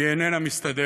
כי היא איננה מסתדרת.